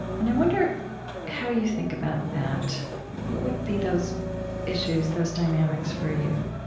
and i wonder how you think about that. what would be those issues, those dynamics for you?